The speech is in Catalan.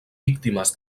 víctimes